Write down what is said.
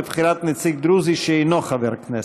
לבחירת נציג דרוזי שאינו חבר כנסת.